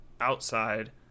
outside